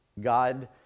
God